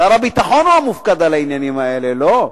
שר הביטחון הוא המופקד על העניינים האלה, לא?